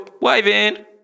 waving